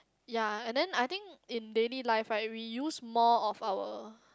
ya and then I think in daily life right we use more of our